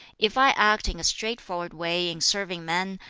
if i act in a straightforward way in serving men,